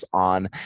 on